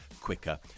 quicker